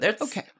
Okay